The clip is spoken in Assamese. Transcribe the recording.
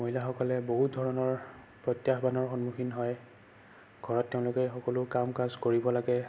মহিলাসকলে বহুত ধৰণৰ প্ৰত্যাহ্বানৰ সন্মুখীন হয় ঘৰত তেওঁলোকে সকলো কাম কাজ কৰিব লাগে